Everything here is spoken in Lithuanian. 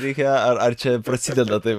reikia ar ar čia prasideda taip